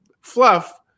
fluff